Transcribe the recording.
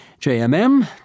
JMM